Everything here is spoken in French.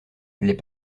les